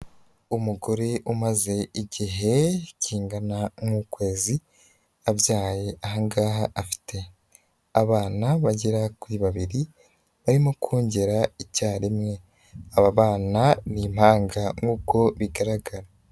Umugore umaze igihe kingana n'ukwezi abyaye, aha ngaha afite abana bagera kuri babiri barimo kongera icyarimwe. Aba ni impanga nk'uko bigaragara.